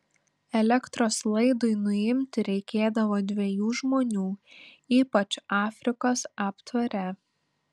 elektros laidui nuimti reikėdavo dviejų žmonių ypač afrikos aptvare